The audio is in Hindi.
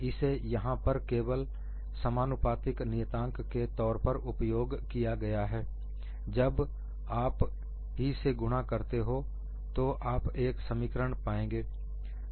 इसे यहां पर केवल समानुपातिक नियतांक के तौर पर उपयोग किया गया है और जब आप ही से गुणा करते हो तो आप एक समीकरण पाएंगे